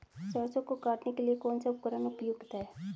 सरसों को काटने के लिये कौन सा उपकरण उपयुक्त है?